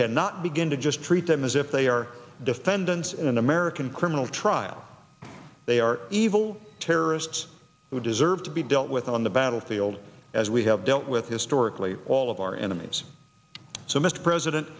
cannot begin to just treat them as if they are defendants in an american criminal trial they are evil terrorists who deserve to be dealt with on the battlefield as we have dealt with historically all of our enemies so mr president